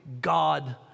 God